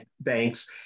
banks